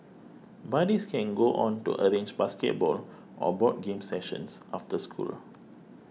buddies can go on to arrange basketball or board games sessions after school